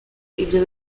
ibyo